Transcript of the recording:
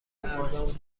ارزان